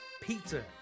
pizza